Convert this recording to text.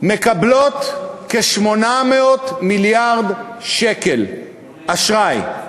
מקבלות כ-800 מיליארד שקל אשראי.